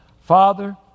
Father